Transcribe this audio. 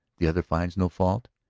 the other finds no fault?